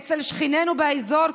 אצל שכנינו באזור,